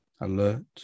Alert